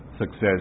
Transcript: Success